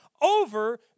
over